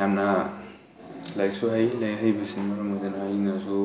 ꯌꯥꯝꯅ ꯂꯥꯏꯔꯤꯛꯁꯨ ꯍꯩ ꯂꯥꯏꯔꯤꯛ ꯍꯩꯕꯁꯤꯅ ꯃꯔꯝ ꯑꯣꯏꯔꯒ ꯑꯩꯅꯁꯨ